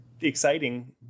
exciting